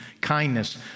kindness